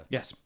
Yes